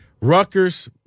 Rutgers